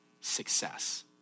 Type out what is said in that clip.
success